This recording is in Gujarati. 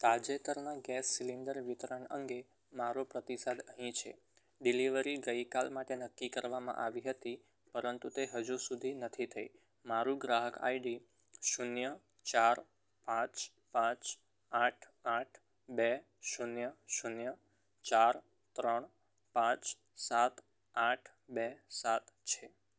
તાજેતરના ગેસ સિલિન્ડર વિતરણ અંગે મારો પ્રતિસાદ અહીં છે ડિલિવરી ગઇકાલ માટે નક્કી કરવામાં આવી હતી પરંતુ તે હજુ સુધી નથી થઈ મારું ગ્રાહક આઈડી શૂન્ય ચાર પાંચ પાંચ આઠ આઠ બે શૂન્ય શૂન્ય ચાર ત્રણ પાંચ સાત આઠ બે સાત છે